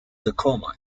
tacoma